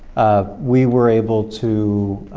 we were able to